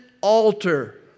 altar